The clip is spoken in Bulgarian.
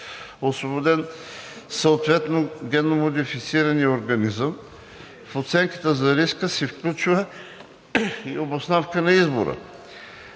освободен съответният генномодифициран организъм; в оценката на риска се включва и обосновка на избора;